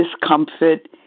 discomfort